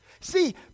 See